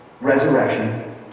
resurrection